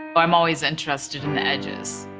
but i'm always interested and edges.